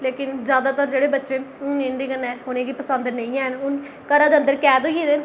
लेकिन जैदातर जेह्ड़े बच्चे न उ'नें गी पसंद नेई है घरा दे अंदर कैद होई ऐ दे